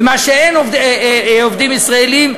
ואם אין עובדים ישראלים,